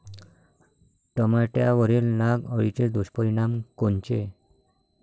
टमाट्यावरील नाग अळीचे दुष्परिणाम कोनचे?